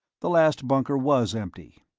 the last bunker was empty.